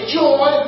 joy